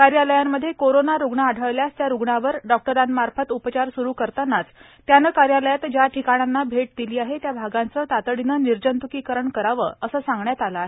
कार्यालयांमध्ये कोरोना रुग्ण आढळल्यास त्या रुग्णावर डॉक्टरांमार्फत उपचार सुरू करतानाच त्याने कार्यालयात ज्या ठिकाणांना भेट दिली आहे त्या भागांचे तातडीने निर्जंतुकीकरण करावे असे सांगण्यात आले आहे